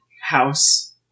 House